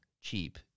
cheap